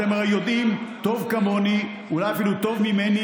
אתם הרי יודעים טוב כמוני, אולי אפילו טוב ממני,